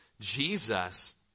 Jesus